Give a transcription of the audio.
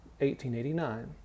1889